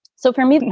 so for me,